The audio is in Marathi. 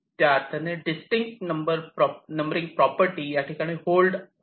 त्या अर्थाने डिस्टिंक्ट नंबरिंग प्रॉपर्टी याठिकाणी होल्ड आहे